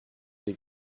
des